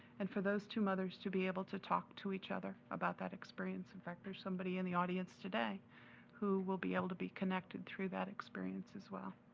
and for those two mother to be able to talk to each other about that experience in fact there's somebody in the audience today who will be able to connected through that experience as well.